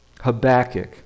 Habakkuk